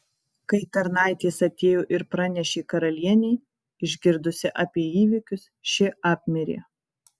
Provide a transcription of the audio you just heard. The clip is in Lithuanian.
kai tarnaitės atėjo ir pranešė karalienei išgirdusi apie įvykius ši apmirė